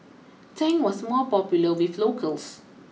Tang was more popular with locals